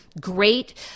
Great